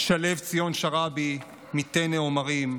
שלו ציון שרעבי מטנא עומרים,